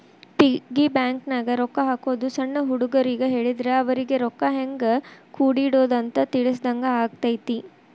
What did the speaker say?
piggy ಬ್ಯಾಂಕನ್ಯಾಗ ರೊಕ್ಕಾ ಹಾಕೋದು ಸಣ್ಣ ಹುಡುಗರಿಗ್ ಹೇಳಿದ್ರ ಅವರಿಗಿ ರೊಕ್ಕಾ ಹೆಂಗ ಕೂಡಿಡೋದ್ ಅಂತ ತಿಳಿಸಿದಂಗ ಆಗತೈತಿ